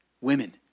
women